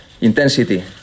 intensity